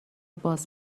باز